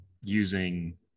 using